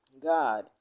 God